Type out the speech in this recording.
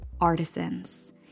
artisans